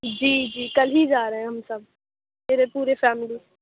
جی جی کل ہی جا رہے ہیں ہم سب میرے پورے فیملی